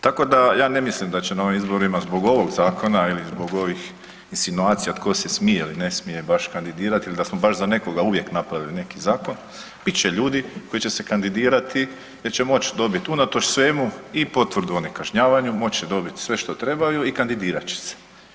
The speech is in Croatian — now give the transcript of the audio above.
Tako da ja ne mislim da će na ovim izborima zbog ovog zakona ili zbog ovih insinuacija tko se smije ili ne smije baš kandidirati ili da smo baš za nekoga uvijek napravili neki zakon, bit će ljudi koji će se kandidirati jer će moć dobiti unatoč svemu i potvrdu o nekažnjavanju, moći će dobiti sve što trebaju i kandidirat će se.